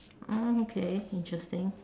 oh okay interesting